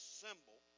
symbol